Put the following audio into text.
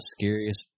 scariest